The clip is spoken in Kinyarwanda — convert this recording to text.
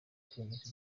kwemeza